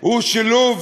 הוא שילוב